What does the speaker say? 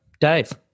Dave